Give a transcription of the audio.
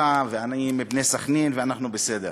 אתה "הפועל באר-שבע" ואני מ"בני סח'נין" ואנחנו בסדר.